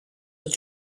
that